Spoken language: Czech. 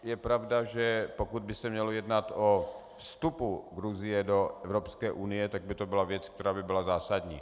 Je pravda, že pokud by se mělo jednat o vstupu Gruzie do Evropské unie, tak by to byla věc, která by byla zásadní.